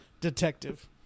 detective